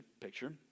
picture